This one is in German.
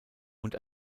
und